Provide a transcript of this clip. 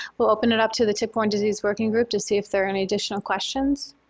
we'll open it up to the tick-borne disease working group to see if there any additional questions